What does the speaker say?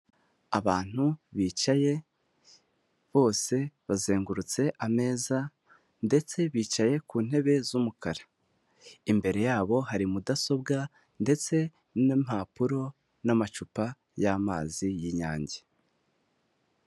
Abantu bicaye, bose bazengurutse ameza ndetse bicaye ku ntebe z'umukara. Imbere yabo hari mudasobwa ndetse n'impapuro n'amacupa y'amazi y'Inyange.